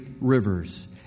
rivers